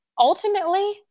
Ultimately